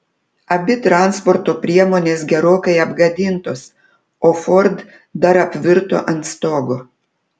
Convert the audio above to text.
abi transporto priemonės gerokai apgadintos o ford dar apvirto ant stogo